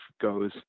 goes